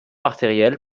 artérielle